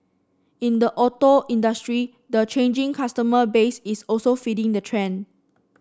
in the auto industry the changing customer base is also feeding the trend